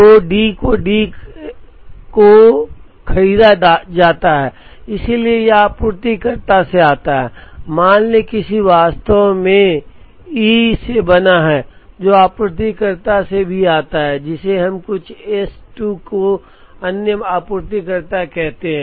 तो डी को खरीदा जाता है इसलिए यह आपूर्तिकर्ता से आता है मान लें कि सी वास्तव में ई से बना है जो आपूर्तिकर्ता से भी आता है जिसे हम कुछ एस 2 को अन्य आपूर्तिकर्ता कहते हैं